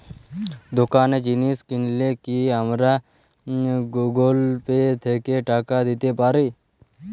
দোকানে জিনিস কিনলে কি আমার গুগল পে থেকে টাকা দিতে পারি?